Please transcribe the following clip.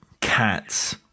Cats